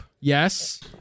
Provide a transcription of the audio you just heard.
Yes